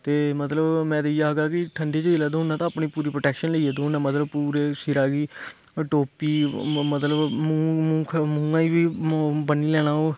ते मतलब में ते इ'यै आखगा कि ठंडी च जेल्लै दौड़ना ते अपनी पूरी प्रोटैक्शन लेइयै दौड़ना मतलब पूरे सिरा गी टोपी म मतलब मूंह् मूंह् ख मुहैं ई बी ब'न्नी लैना ओह्